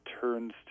turns